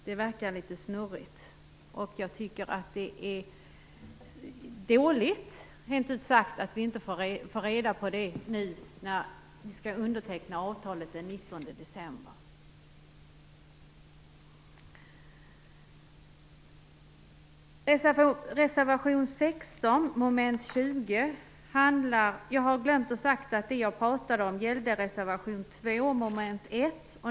Det verkar litet snurrigt. Jag tycker rent ut sagt att det är dåligt att vi inte får reda på detta nu, när vi skall underteckna avtalet den 19 december. Jag har glömt att säga att det jag har pratat om gäller reservation 2 mom. 1.